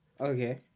okay